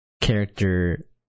character